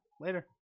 later